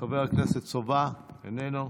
חבר הכנסת סובה, איננו.